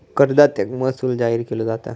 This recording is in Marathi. करदात्याक महसूल जाहीर केलो जाता